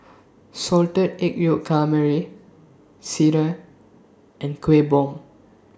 Salted Egg Yolk Calamari Sireh and Kuih Bom